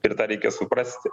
ir tą reikia suprasti